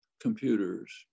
computers